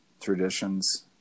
traditions